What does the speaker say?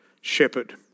shepherd